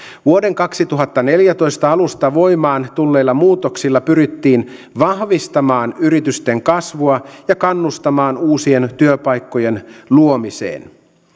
vuoden kaksituhattaneljätoista alusta voimaan tulleilla muutoksilla pyrittiin vahvistamaan yritysten kasvua ja kannustamaan uusien työpaikkojen luomiseen